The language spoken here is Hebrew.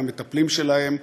מהמטפלים שלהם.